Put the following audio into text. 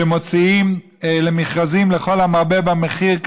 כשמוציאים קרקעות למכרזים לכל המרבה במחיר.